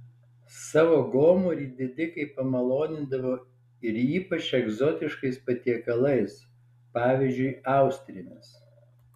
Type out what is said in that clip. savo gomurį didikai pamalonindavo ir ypač egzotiškais patiekalais pavyzdžiui austrėmis